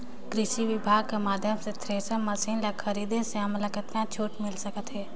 कृषि विभाग कर माध्यम से थरेसर मशीन ला खरीदे से हमन ला कतका छूट मिल सकत हे?